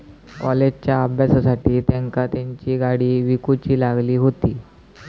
कॉलेजच्या अभ्यासासाठी तेंका तेंची गाडी विकूची लागली हुती